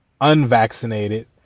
unvaccinated